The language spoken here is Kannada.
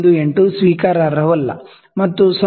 8 ಸ್ವೀಕಾರಾರ್ಹವಲ್ಲ ಮತ್ತು 0